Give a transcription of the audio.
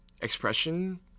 expression